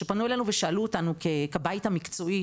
שפנו אלינו ושאלו אותנו כבית המקצועי,